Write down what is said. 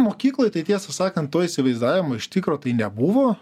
mokykloj tai tiesą sakant to įsivaizdavimo iš tikro tai nebuvo